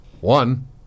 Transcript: one